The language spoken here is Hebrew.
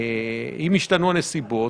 אם ישתנו הנסיבות,